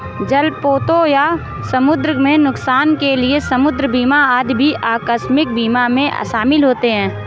जलपोतों या समुद्र में नुकसान के लिए समुद्र बीमा आदि भी आकस्मिक बीमा में शामिल होते हैं